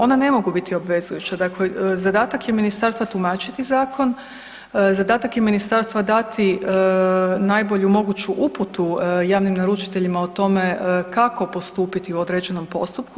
Ona ne mogu biti obvezujuća, dakle zadatak je ministarstva tumačiti zakon, zadatak je ministarstva dati najbolju moguću uputu javnim naručiteljima o tome kako postupiti u određenom postupku.